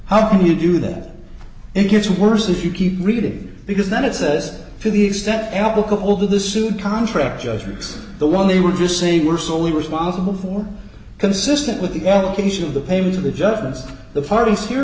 how can you do that it gets worse if you keep reading because then it says to the extent applicable that this suit contract just reads the one they were just saying were solely responsible for consistent with the allocation of the payment of the judgments the parties here